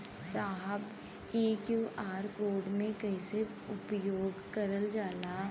साहब इ QR code के कइसे उपयोग करल जाला?